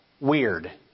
weird